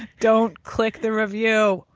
don't click the review.